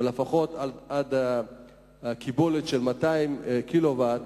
ולפחות עד הקיבולת של 200 קילוואט,